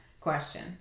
question